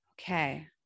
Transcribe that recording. Okay